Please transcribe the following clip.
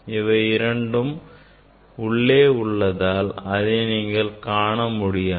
இவை இரண்டும் உள்ளே உள்ளதால் அதை நீங்கள் காணமுடியாது